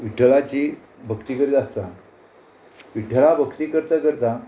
विठ्ठलाची भक्ती करीत आसता विठ्ठला भक्ती करता करता